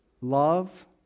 Love